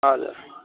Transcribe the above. हजुर